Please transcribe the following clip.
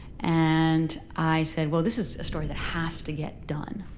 and i said, well, this is a story that has to get done.